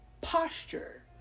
posture